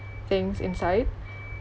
things inside